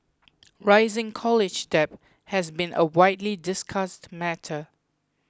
rising college debt has been a widely discussed matter